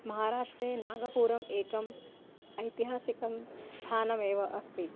महाराष्ट्रे नागपुरम् एकम् ऐतिहासिकं स्थानमेव अस्ति